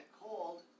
cold